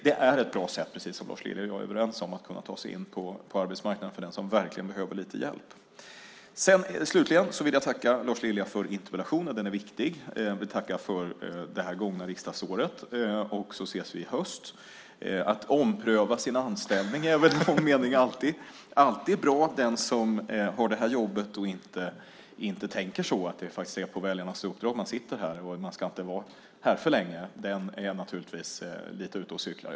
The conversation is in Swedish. Det är ett bra sätt, precis som Lars Lilja och jag är överens om, att ta sig in på arbetsmarknaden för den som verkligen behöver lite hjälp. Slutligen vill jag tacka Lars Lilja för interpellationen. Den är viktig. Jag vill tacka för det gångna riksdagsåret, och vi ses i höst. Att ompröva sin anställning är väl i någon mening alltid bra. Den som har det här jobbet och inte tänker så att det faktiskt är på väljarnas uppdrag man sitter här och att man inte ska vara här för länge är naturligtvis lite ute och cyklar.